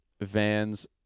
Vans